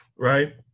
right